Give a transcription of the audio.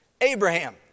Abraham